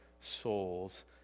souls